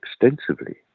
extensively